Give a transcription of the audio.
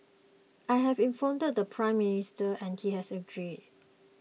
I have informed the Prime Minister and he has agreed